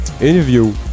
interview